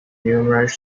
numerous